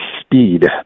speed